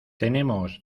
tenemos